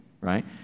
Right